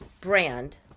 brand